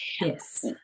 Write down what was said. Yes